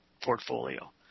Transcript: portfolio